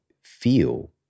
feel